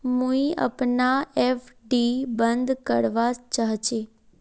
मुई अपना एफ.डी बंद करवा चहची